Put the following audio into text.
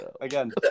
Again